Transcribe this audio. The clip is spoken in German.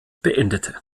beendete